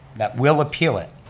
that will appeal it.